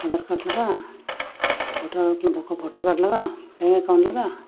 Aadhaar card ᱞᱟᱜᱟᱜᱼᱟ voter voter card ᱞᱟᱜᱟᱜ bank account ᱞᱟᱜᱟᱜᱼᱟ